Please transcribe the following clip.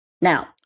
Now